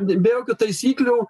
be jokių taisyklių